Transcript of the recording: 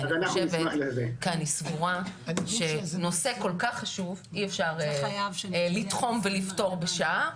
כי אני סבורה שנושא כל כך חשוב אי אפשר לתחום ולפתור בשעה.